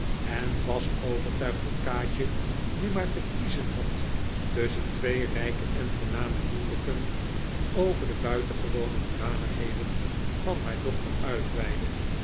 en vast overtuigd dat kaatje nu maar te kiezen had tusschen twee rijke en voorname huwelijken over de buitengewone hoedanigheden van haar dochter uitweidde